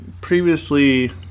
previously